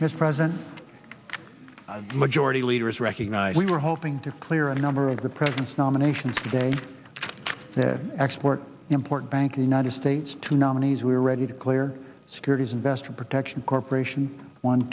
his present majority leader is recognized we were hoping to clear a number of the president's nominations today the export import bank united states two nominees were ready to clear securities investor protection corporation one